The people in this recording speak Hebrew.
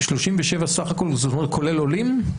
37 סך הכול זה כולל עולים?